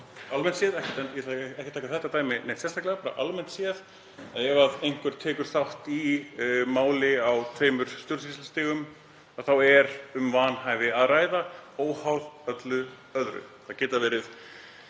almennt séð, ef einhver tekur þátt í máli á tveimur stjórnsýslustigum er um vanhæfi að ræða óháð öllu öðru. Ef aðkoman er